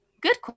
Good